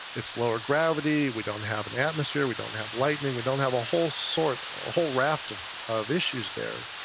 it's lower gravity, we don't have an atmosphere, we don't have lightning, we don't have a whole sort of ah whole raft of of issues there,